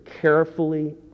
carefully